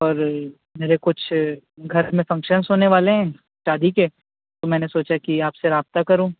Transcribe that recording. اور میرے کچھ گھر میں فنکشنز ہونے والے ہیں شادی کے تو میں نے سوچا کہ آپ سے رابطہ کروں